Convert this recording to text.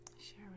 Share